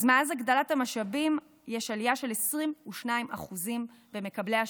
אז מאז הגדלת המשאבים יש עלייה של 22% במקבלי השירות.